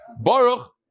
Baruch